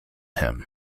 him